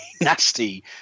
nasty